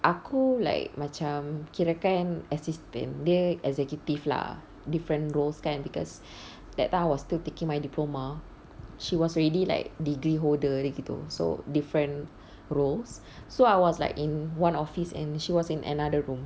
aku like macam kirakan assistant dia executive lah different roles kan because that time I was still taking my diploma she was already like degree holder gitu so different roles so I was like in one office and she was in another room